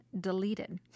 deleted